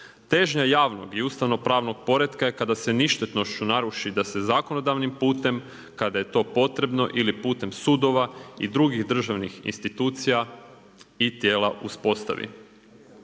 Težnja javnog i ustavnopravnog poretka je kada se ništetnošću naruši da se zakonodavnim putem kada je to potrebno ili putem sudova i drugih državnih institucija i tijela uspostavi.